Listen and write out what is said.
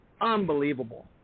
Unbelievable